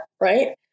right